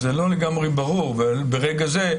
זה לא לגמרי ברור ברגע זה.